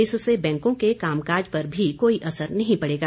इससे बैंकों के कामकाज पर भी कोई असर नहीं पड़ेगा